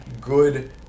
good